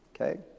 okay